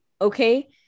Okay